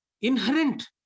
inherent